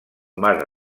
mar